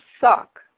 suck